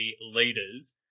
leaders